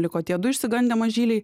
liko tie du išsigandę mažyliai